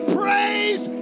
praise